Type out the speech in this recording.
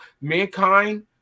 Mankind